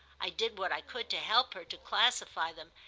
i did what i could to help her to classify them,